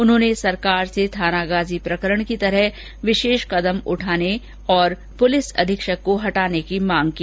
उन्होंने सरकार से थानागाजी प्रकरण की तरह विशेष कदम उठाने और पुलिस अधीक्षक को हटाने की मांग की